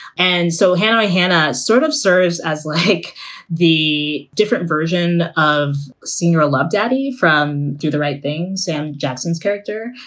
and so henry hanah sort of serves as like the different version of senior love daddy from do the right thing. sam jackson's character,